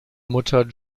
mutter